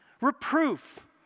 Reproof